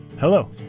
Hello